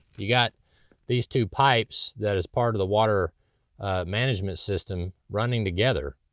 you got these two pipes that is part of the water management system, running together,